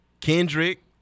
Kendrick